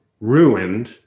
ruined